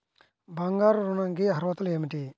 బంగారు ఋణం కి అర్హతలు ఏమిటీ?